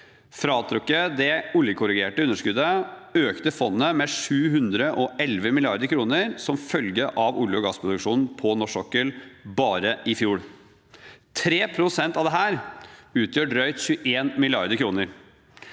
Fratrukket det oljekorrigerte underskuddet økte fondet med 711 mrd. kr som følge av olje- og gassproduksjonen på norsk sokkel bare i fjor. 3 pst. av dette utgjør drøyt 21 mrd. kr.